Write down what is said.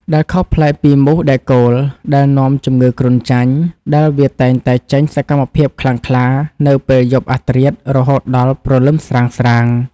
ដែលខុសប្លែកពីមូសដែកគោលដែលនាំជំងឺគ្រុនចាញ់ ដែលវាតែងតែចេញសកម្មភាពខ្លាំងក្លានៅពេលយប់អាធ្រាត្ររហូតដល់ព្រលឹមស្រាងៗ។